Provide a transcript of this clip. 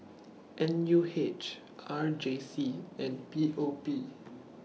N U H R J C and P O P